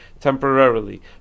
temporarily